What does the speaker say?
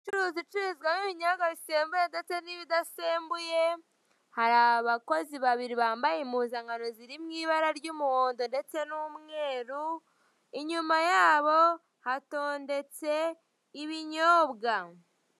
Inzu y'ubucuruzi icururizwamo ibinyobwa bisembuye ndetse n'ibidasembuye hari abakozi babiri bambaye impuzankano ziri mu ibara ry'umuhondo ndetse n'umweru inyuma yabo hatondetse ibinyobwa.